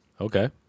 Okay